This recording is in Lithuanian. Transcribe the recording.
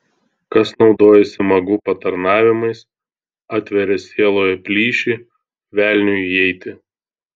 kas naudojasi magų patarnavimais atveria sieloje plyšį velniui įeiti